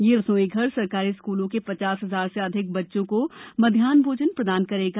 यह रसोई घर सरकारी स्कूलों के पचास हजार से अधिक बच्चें को मध्यान्ह भोजन प्रदान करेगा